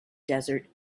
desert